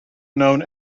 known